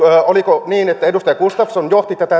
oliko niin edustaja gustafsson johti tätä